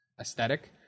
aesthetic